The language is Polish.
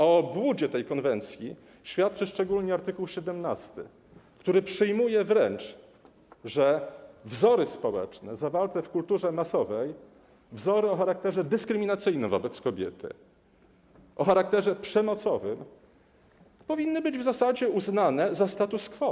O obłudzie tej konwencji świadczy szczególnie art. 17, który przyjmuje, że wzory społeczne zawarte w kulturze masowej, wzory o charakterze dyskryminacyjnym wobec kobiety, o charakterze przemocowym powinny być w zasadzie uznane za status quo.